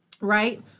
right